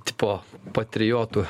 tipo patriotu